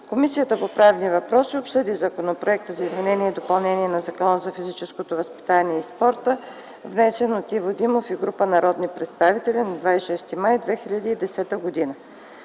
Комисията по правни въпроси обсъди Законопроекта за изменение и допълнение на Закона за физическото възпитание и спорта, внесен от народния представител Иво Димов и група народни представители на 26 май 2010 г.